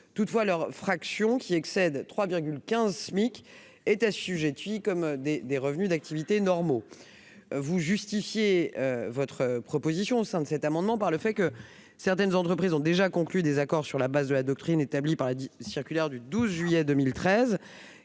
Toutefois leur fraction qui excède 3,15 Smic est assujettie aux cotisations sociales comme des revenus d'activité normaux. Vous justifiez votre amendement par le fait que certaines entreprises ont déjà conclu des accords sur la base de la doctrine établie par la circulaire du 12 juillet 2013,